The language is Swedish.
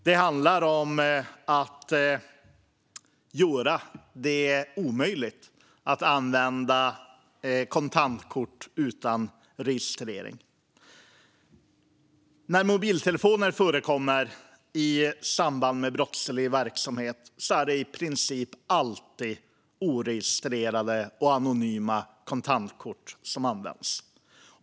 Det handlar om att göra det omöjligt att använda kontantkort utan registrering. När mobiltelefoner förekommer i samband med brottslig verksamhet är det i princip alltid oregistrerade och anonyma kontantkort som används.